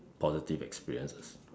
positive experiences